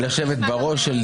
ישיבת המשך לישיבה הקודמת,